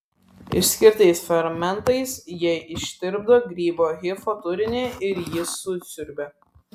išskirtais fermentais jie ištirpdo grybo hifo turinį ir jį susiurbia